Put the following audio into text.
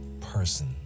person